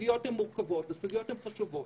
הסוגיות בה הן מורכבות, הסוגיות בה הן חשובות.